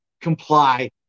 comply